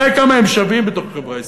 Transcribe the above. תראה כמה הם שווים בתוך החברה הישראלית.